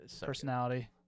personality